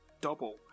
double